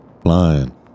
flying